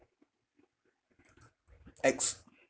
X